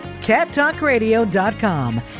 cattalkradio.com